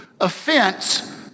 Offense